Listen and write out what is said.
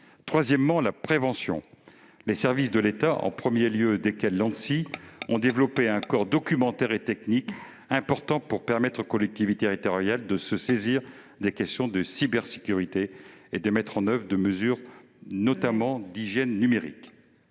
des mesures de prévention. Les services de l'État, en particulier l'Anssi, ont développé un corpus documentaire et technique important pour permettre aux collectivités territoriales de se saisir des questions de cybersécurité et de mettre en oeuvre de nombreuses mesures d'hygiène numérique.